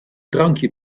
drankje